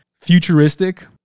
futuristic